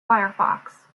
firefox